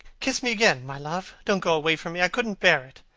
kiss me again, my love. don't go away from me. i couldn't bear it.